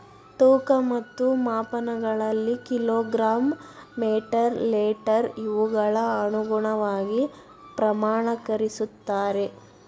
ತೂಕ ಮತ್ತು ಮಾಪನಗಳಲ್ಲಿ ಕಿಲೋ ಗ್ರಾಮ್ ಮೇಟರ್ ಲೇಟರ್ ಇವುಗಳ ಅನುಗುಣವಾಗಿ ಪ್ರಮಾಣಕರಿಸುತ್ತಾರೆ